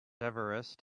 everest